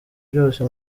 byose